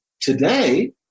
Today